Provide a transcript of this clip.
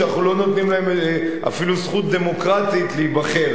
שאנחנו לא נותנים להם אפילו זכות דמוקרטית להיבחר